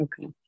Okay